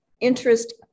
interest